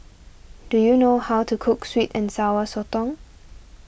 do you know how to cook Sweet and Sour Sotong